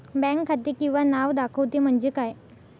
Bank खाते किंवा नाव दाखवते म्हणजे काय?